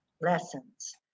lessons